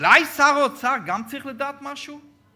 אולי שר האוצר גם צריך לדעת משהו?